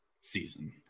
season